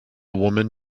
woman